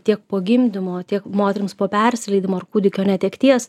tiek po gimdymo tiek moterims po persileidimo ar kūdikio netekties